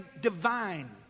divine